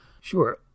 sure